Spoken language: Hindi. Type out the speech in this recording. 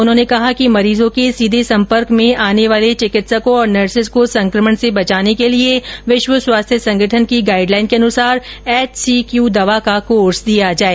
उन्होंने कहा कि मरीजों के सीधे सम्पर्क में आने वाले इन चिकित्सकों और नर्सेज को संक्रमण से बचाने के लिए विश्व स्वास्थ्य संगठन की गाइडलाइन के अनुसार एचसीक्यू दवा का कोर्स दिया जाए